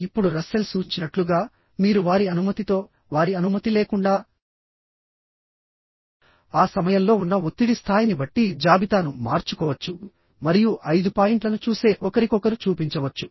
ఇప్పుడు రస్సెల్ సూచించినట్లుగా మీరు వారి అనుమతితో వారి అనుమతి లేకుండా ఆ సమయంలో ఉన్న ఒత్తిడి స్థాయిని బట్టి జాబితాను మార్చుకోవచ్చు మరియు ఐదు పాయింట్లను చూసే ఒకరికొకరు చూపించవచ్చు